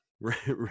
right